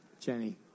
Jenny